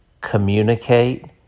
communicate